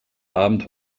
abend